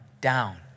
down